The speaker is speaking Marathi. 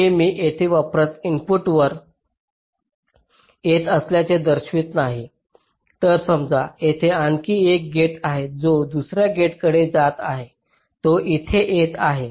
हे मी येथे परत इनपुटवर येत असल्याचे दर्शवित नाही तर समजा तेथे आणखी एक गेट आहे जो दुसर्या गेटकडे येत आहे जो येथे येत आहे